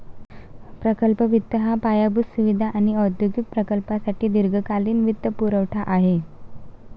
प्रकल्प वित्त हा पायाभूत सुविधा आणि औद्योगिक प्रकल्पांसाठी दीर्घकालीन वित्तपुरवठा आहे